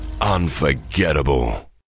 Unforgettable